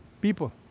people